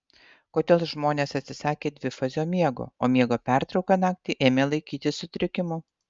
kodėl žmonės atsisakė dvifazio miego o miego pertrauką naktį ėmė laikyti sutrikimu